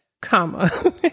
Comma